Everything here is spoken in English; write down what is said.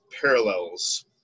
parallels